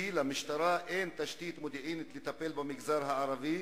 כי למשטרה אין תשתית מודיעינית לטפל במגזר הערבי.